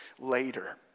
later